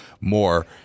more